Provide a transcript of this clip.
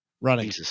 running